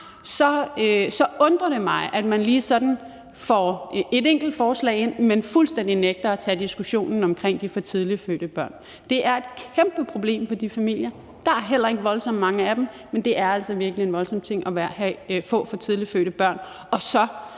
så undrer det mig, at man lige sådan får et enkelt forslag ind, men fuldstændig nægter at tage diskussionen om de for tidligt fødte børn. Det er et kæmpe problem for de familier. Der er heller ikke voldsomt mange af dem, men det er altså virkelig en voldsom ting at få for tidligt fødte børn